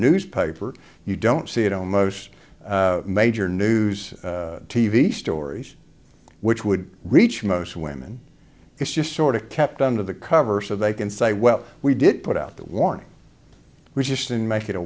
newspaper you don't see it on most major news t v stories which would reach most women it's just sort of kept under the cover so they can say well we did put out that warning was just an make it a